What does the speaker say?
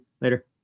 Later